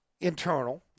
internal